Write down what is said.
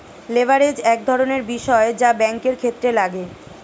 leverage এক ধরনের বিষয় যা ব্যাঙ্কের ক্ষেত্রে লাগে